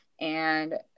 and-